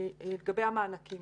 לגבי המענקים